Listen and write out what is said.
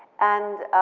and